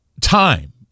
time